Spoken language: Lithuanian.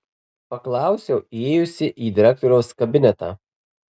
paklausiau įėjusi į direktoriaus kabinetą